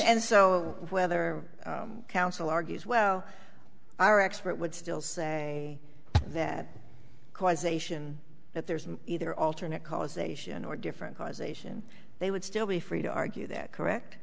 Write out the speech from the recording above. and so whether counsel argues well our expert would still say that causation that there's either alternate causation or different causation they would still be free to argue that correct